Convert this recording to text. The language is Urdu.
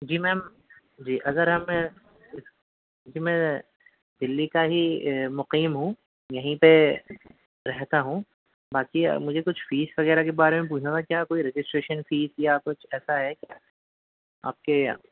جی میم جی اگر اب میں جی میں دِلّی کا ہی مُقیم ہُوں یہیں پہ رہتا ہوں باقی مجھے کچھ فیس وغیرہ کے بارے میں پوچھنا تھا کیا کوئی رجسٹریشن فیس یا کچھ ایسا ہے کیا آپ کے یا